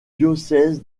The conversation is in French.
diocèse